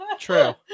true